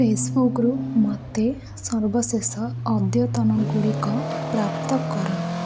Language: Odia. ଫେସବୁକ୍ରୁ ମୋତେ ସର୍ବଶେଷ ଅଦ୍ୟତନଗୁଡ଼ିକ ପ୍ରାପ୍ତ କର